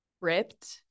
ripped